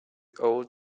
old